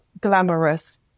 glamorous